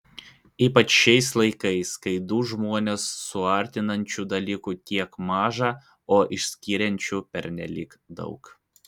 ypač šiais laikais kai du žmones suartinančių dalykų tiek maža o išskiriančių pernelyg daug